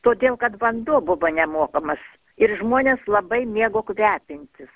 todėl kad vanduo buvo nemokamas ir žmonės labai mėgo kvepintis